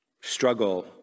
struggle